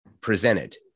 presented